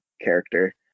character